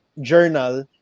journal